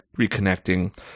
reconnecting